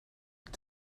het